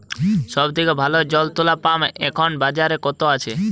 সব থেকে ভালো জল তোলা পাম্প এখন বাজারে কত আছে?